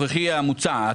הנוכחי, המוצע.